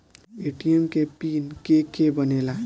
ATM के PIN के के बनेला?